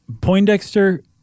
Poindexter